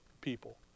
people